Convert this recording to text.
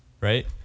right